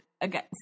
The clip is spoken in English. Again